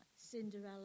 Cinderella